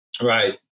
Right